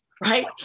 right